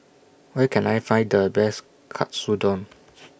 Where Can I Find The Best Katsudon